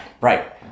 Right